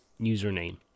username